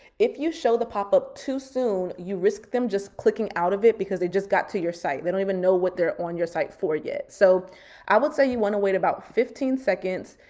if you show the pop-up too soon, you risk them just clicking out of it because they just got to your site. they don't even know what they're on your site for yet. so i would say you wanna wait about fifteen seconds,